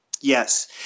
Yes